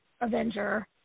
Avenger